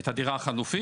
את הדירה החלופית.